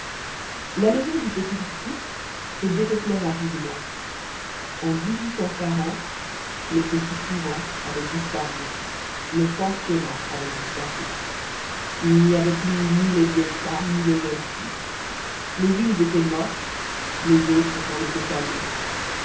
la maison du petit picpus se dépeuplait rapidement en le petit couvent avait disparu le pensionnat avait disparu il n'y avait plus ni les vieilles femmes ni les jeunes filles les unes étaient mortes les autres s'en étaient allées